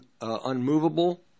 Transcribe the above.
Unmovable